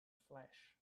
flash